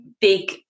big